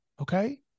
okay